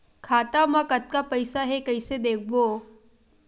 खाता मा कतका पईसा हे कइसे देखबो?